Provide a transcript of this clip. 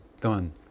done